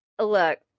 Look